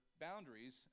boundaries